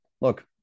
look